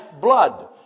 blood